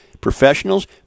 professionals